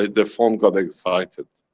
the phone got excited,